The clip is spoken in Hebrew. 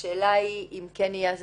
השאלה אם יהיה את